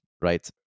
right